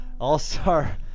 All-Star